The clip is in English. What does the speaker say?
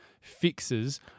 fixes